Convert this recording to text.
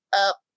up